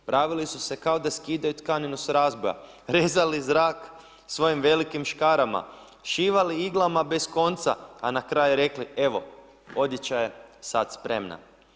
Pravili su se kao da skidaju tkaninu sa raboja, rezali zrak svojim velikim škarama, šivali iglama bez konca, a na kraju rekli evo odjeća je sad spremna.